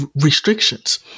restrictions